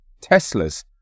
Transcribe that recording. Teslas